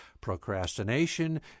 procrastination